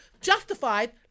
justified